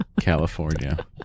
California